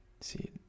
see